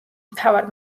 მთავარ